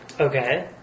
Okay